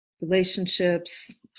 relationships